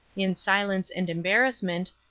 in silence and embarrassment,